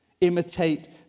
Imitate